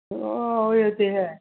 ਇਹ ਤਾਂ ਹੈ